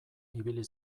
ibili